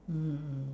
mmhmm mm